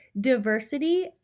diversity